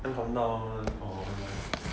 countdown or online